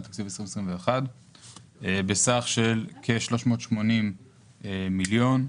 התקציב 2021 בסך כל כ-380 מיליון שקלים,